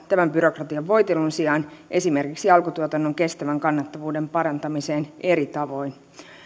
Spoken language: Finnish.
tämän byrokratian voitelun sijaan esimerkiksi alkutuotannon kestävän kannattavuuden parantamiseen eri tavoin